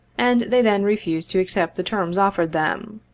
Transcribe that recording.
and they then refused to accept the terms offered them.